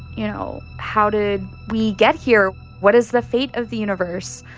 you know how did we get here? what is the fate of the universe?